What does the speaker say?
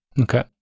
Okay